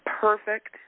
perfect